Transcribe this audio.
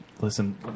Listen